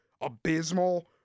abysmal